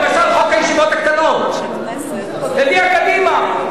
למשל, חוק הישיבות הקטנות, הביאה קדימה.